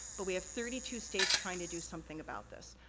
but we have thirty two states trying to do something about this.